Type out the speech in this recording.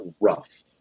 rough